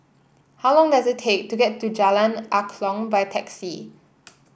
how long does it take to get to Jalan Angklong by taxi